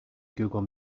google